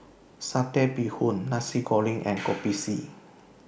Satay Bee Hoon Nasi Kuning and Kopi C